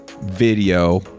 video